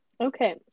Okay